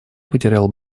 потерял